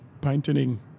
Painting